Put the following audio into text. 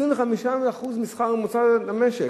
25% מהשכר הממוצע במשק.